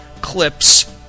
Clips